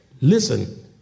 Listen